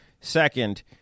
Second